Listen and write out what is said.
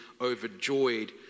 overjoyed